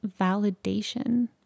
validation